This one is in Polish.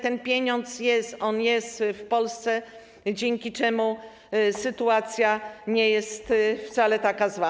Ten pieniądz jest, on jest w Polsce, dzięki czemu sytuacja nie jest wcale taka zła.